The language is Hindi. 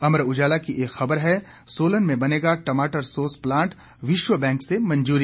अमर उजाला की एक खबर है सोलन में बनेगा टमाटम सोस प्लांट विश्व बैंक से मंजूरी